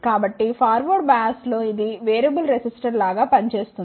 కాబట్టి ఫార్వర్డ్ బయాస్లో ఇది వేరియబుల్ రెసిస్టర్ లాగా పని చేస్తుంది